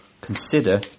consider